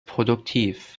produktiv